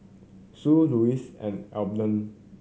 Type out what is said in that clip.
Sue Lossie and Abner